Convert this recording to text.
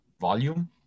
volume